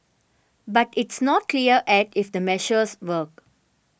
but it's not clear egg if the measures work